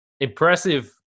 Impressive